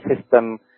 system